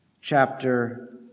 chapter